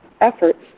efforts